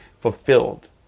Fulfilled